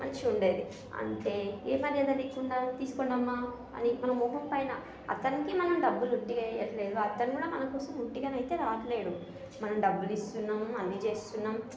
మంచిగా ఉండేది అంటే ఏ మర్యాద లేకుండా తీసుకోండమ్మా అని మనం మొహం పైన అతనికి మనం డబ్బులు ఉత్తిగా ఇవ్వట్లేదు అతను కూడా మన కోసం ఉత్తిగా అయితే రావట్లేదు మనం డబ్బులు ఇస్తున్నాము అన్ని చేస్తున్నాము